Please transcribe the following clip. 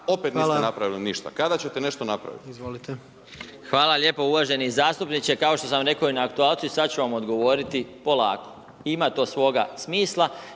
Hvala. Izvolite. **Marić, Zdravko** Hvala lijepo uvaženi zastupniče. Kao što sam rekao na aktualcu i sad ću vam odgovoriti, polako. Ima to svoga smisla